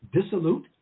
dissolute